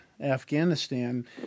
Afghanistan